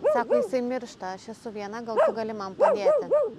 sako jisai miršta aš esu viena gal tu gali man padėti